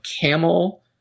camel